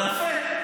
יפה.